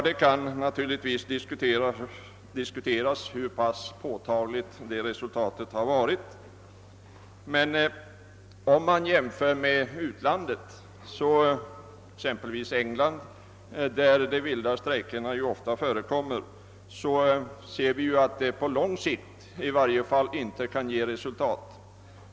Det kan naturligtvis diskuteras hur påtagliga resultaten har varit. Om man jämför med utlandet, exempelvis England där vilda strejker ofta förekommer, finner vi att sådana på lång sikt inte ger resultat.